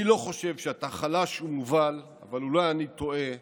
אני לא חושב שאתה חלש ומובל, אבל אולי אני טועה,